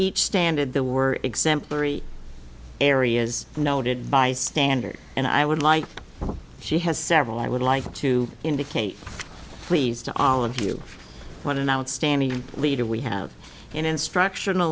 each standard there were exemplary areas noted by standard and i would like she has several i would like to indicate please to all of you what an outstanding leader we have in instructional